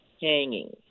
hanging